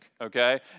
okay